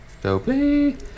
Dopey